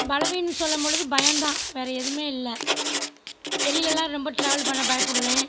பலவீனம் சொல்லம் பொழுது பயம் தான் வேறே எதுவும் இல்லை வெளிளல்லாம் ரொம்ப ட்ராவல் பண்ண பயப்படுவேன்